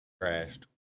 crashed